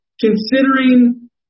considering